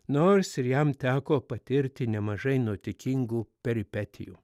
nors ir jam teko patirti nemažai nuotaikingų peripetijų